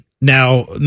now